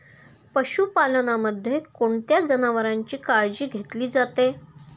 पशुपालनामध्ये कोणत्या जनावरांची काळजी घेतली जाते?